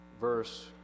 verse